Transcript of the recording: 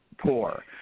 Poor